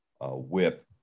WHIP